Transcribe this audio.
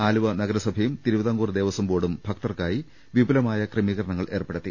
ആലുവ നഗരസഭയും തിരു വിതാംകൂർ ദേവസ്വം ബോർഡും ഭക്തർക്കായി വിപുലമായ ക്രമീ കരണങ്ങൾ ഏർപ്പെടുത്തി